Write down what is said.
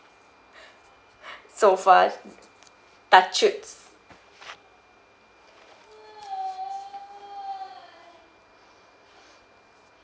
so far touch wood